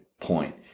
point